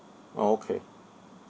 okay